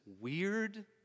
weird